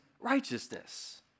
righteousness